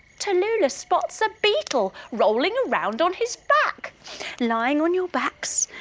tallulah spots a beetle rolling around on his back lying on your backs,